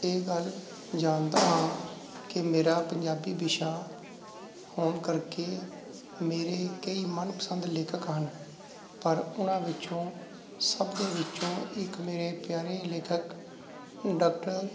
ਇਹ ਗੱਲ ਜਾਣਦਾ ਹਾਂ ਕਿ ਮੇਰਾ ਪੰਜਾਬੀ ਵਿਸ਼ਾ ਹੋਣ ਕਰਕੇ ਮੇਰੇ ਕਈ ਮਨਪਸੰਦ ਲੇਖਕ ਹਨ ਪਰ ਉਹਨਾਂ ਵਿੱਚੋਂ ਸਭ ਦੇ ਵਿੱਚੋਂ ਇੱਕ ਮੇਰੇ ਪਿਆਰੇ ਲੇਖਕ ਡਾਕਟਰ